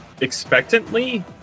expectantly